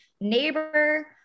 neighbor